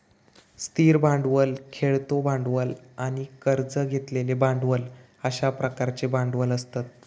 स्थिर भांडवल, खेळतो भांडवल आणि कर्ज घेतलेले भांडवल अश्या प्रकारचे भांडवल असतत